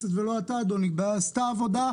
אתה, אדוני, עשתה עבודה.